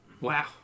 Wow